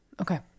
Okay